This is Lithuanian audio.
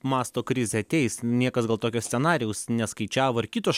masto krizė ateis niekas gal tokio scenarijaus neskaičiavo ar kitos